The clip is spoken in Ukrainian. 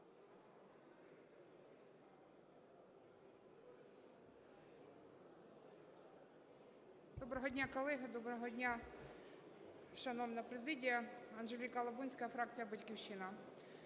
Доброго дня, колеги, доброго дня, шановна президія. Анжеліка Лабунська, фракція "Батьківщина".